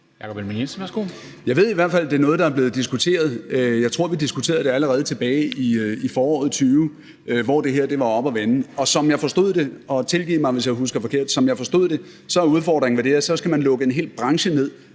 Jeg ved i hvert fald, det er noget, der er blevet diskuteret. Jeg tror, vi diskuterede det allerede tilbage i foråret 2020, hvor det her var oppe at vende. Og som jeg forstod det – og tilgiv mig, hvis jeg husker forkert – er udfordringen ved det, at man så skal lukke en hel branche ned,